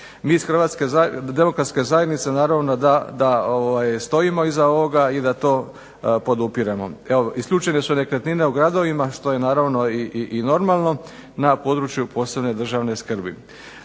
Mi iz Hrvatske demokratske zajednice naravno da stojimo iza ovoga i da to podupiremo. Evo isključene su nekretnine u gradovima, što je naravno i normalno na području posebne državne skrbi.